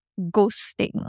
Ghosting